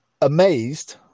amazed